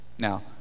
Now